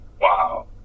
Wow